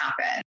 happen